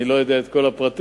אני לא יודע את כל הפרטים,